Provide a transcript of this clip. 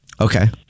Okay